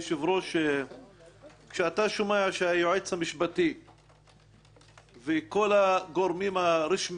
היושב-ראש כשאתה שומע שהיועץ המשפטי וכל הגורמים הרשמיים,